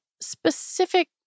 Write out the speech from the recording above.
specific